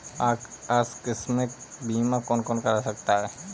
आकस्मिक बीमा कौन कौन करा सकता है?